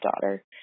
daughter